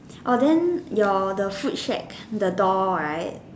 orh then the food shacks the door right